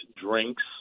drinks